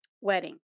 wedding